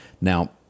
Now